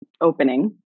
opening